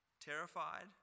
Terrified